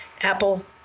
Apple